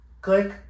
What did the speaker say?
click